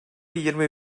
yirmi